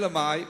אלא מאי?